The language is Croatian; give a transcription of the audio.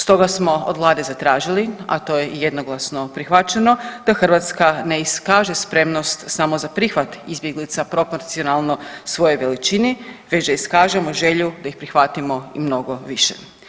Stoga smo od vlade zatražili, a to je i jednoglasno prihvaćeno da Hrvatska ne iskaže spremnost samo za prihvat izbjeglica proporcionalno svojoj veličini već da iskažemo želju da ih prihvatimo i mnogo više.